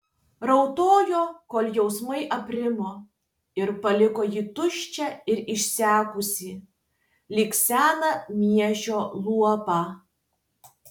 raudojo kol jausmai aprimo ir paliko jį tuščią ir išsekusį lyg seną miežio luobą